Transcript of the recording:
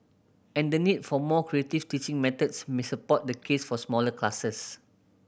and the need for more creative teaching methods may support the case for smaller classes